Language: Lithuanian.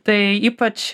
tai ypač